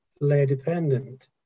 layer-dependent